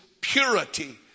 purity